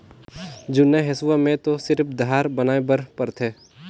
जुन्ना हेसुआ में तो सिरिफ धार बनाए बर परथे